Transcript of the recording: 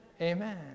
Amen